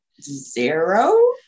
zero